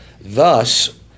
Thus